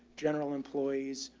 general employees.